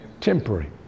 temporary